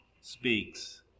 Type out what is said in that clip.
speaks